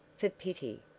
for pity,